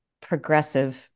progressive